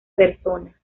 persona